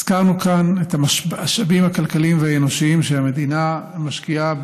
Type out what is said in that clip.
הזכרנו כאן את המשאבים הכלכליים והאנושיים שהמדינה משקיעה,